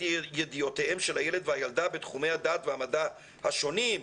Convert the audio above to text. ידיעותיהם של הילד והילדה בתחומי הדת והמדע השונים,